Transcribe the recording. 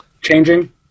changing